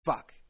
Fuck